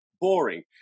boring